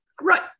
right